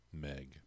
meg